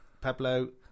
Pablo